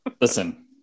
Listen